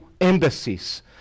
embassies